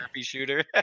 shooter